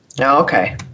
Okay